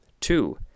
two